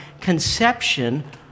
conception